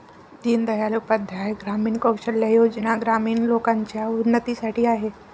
दीन दयाल उपाध्याय ग्रामीण कौशल्या योजना ग्रामीण लोकांच्या उन्नतीसाठी आहेत